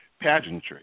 pageantry